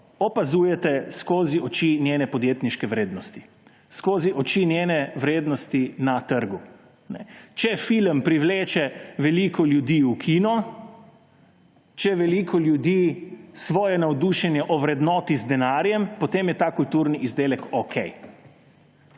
opazujete skozi oči njene podjetniške vrednosti, skozi oči njene vrednosti na trgu. Če film privleče veliko ljudi v kino, če veliko ljudi svoje navdušenje ovrednoti z denarjem, potem je ta kulturni izdelek okej.